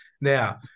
Now